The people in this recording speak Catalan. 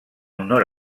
honor